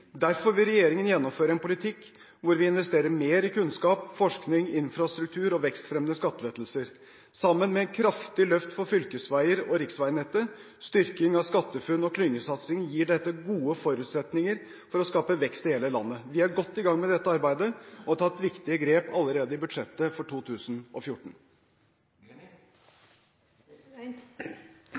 Derfor vil regjeringen gjennomføre en politikk hvor vi investerer mer i kunnskap, forskning, infrastruktur og vekstfremmende skattelettelser. Sammen med et kraftig løft for fylkesveier og riksveinettet, styrking av SkatteFUNN og klyngesatsing gir dette gode forutsetninger for å skape vekst i hele landet. Vi er godt i gang med dette arbeidet og har tatt viktige grep allerede i budsjettet for 2014.